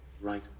Right